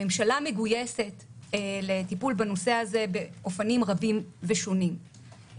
הממשלה מגויסת לטיפול בנושא הזה באופנים רבים ושונים,